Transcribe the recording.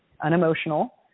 unemotional